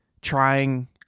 trying